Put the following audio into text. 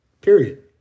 Period